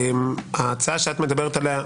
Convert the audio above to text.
ההצעה שאת מדברת עליה,